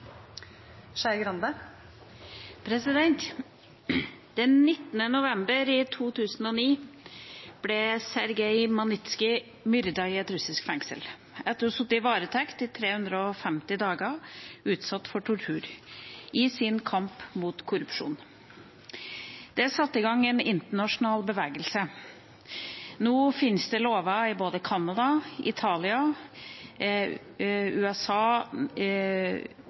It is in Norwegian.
Den 16. november i 2009 ble Sergej Magnitskij myrdet i et russisk fengsel, etter å ha sittet i varetekt i 350 dager – og utsatt for tortur – i sin kamp mot korrupsjon. Det satte i gang en internasjonal bevegelse. Nå fins det lover i både Canada, Italia, USA,